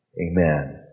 amen